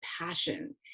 passion